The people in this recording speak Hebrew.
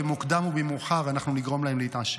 במוקדם או במאוחר אנחנו נגרום להם להתעשת.